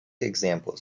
examples